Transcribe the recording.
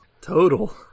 Total